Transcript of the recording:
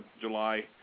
July